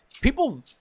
People